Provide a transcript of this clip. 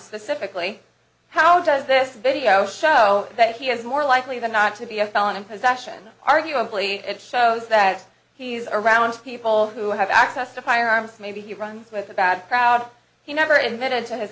specifically how does this video show that he is more likely than not to be a felon in possession arguably it so that he's around people who have access to firearms maybe he runs with a bad crowd he never admitted to his